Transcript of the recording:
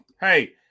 Hey